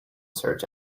search